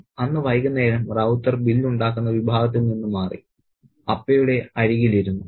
'അന്ന് വൈകുന്നേരം റൌതർ ബിൽ ഉണ്ടാക്കുന്ന വിഭാഗത്തിൽ നിന്ന് മാറി അപ്പയുടെ അരികിൽ ഇരുന്നു